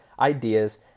ideas